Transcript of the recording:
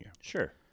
Sure